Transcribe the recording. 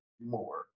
More